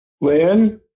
Lynn